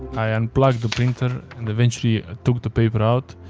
i unplugged the printer and eventually. took the paper out.